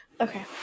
Okay